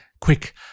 Quick